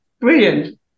Brilliant